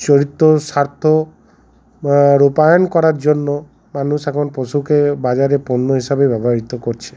চরিত্র স্বার্থ রূপায়ন করার জন্য মানুষ এখন পশুকে বাজারে পণ্য হিসাবে ব্যবহৃত করছে